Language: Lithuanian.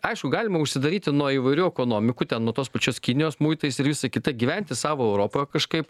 aišku galima užsidaryti nuo įvairių ekonomikų ten nuo tos pačios kinijos muitais ir visa kita gyventi savo europoje kažkaip